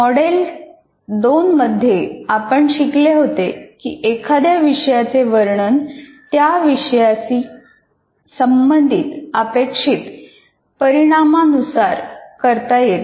model 2 मध्ये आपण शिकले होते की एखाद्या विषयाचे वर्णन त्या विषयाशी संबंधित अपेक्षित परिणामा नुसार करता येते